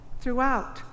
Throughout